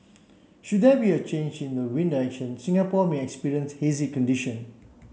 should there be a change in the wind direction Singapore may experience hazy condition